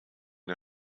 der